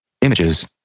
images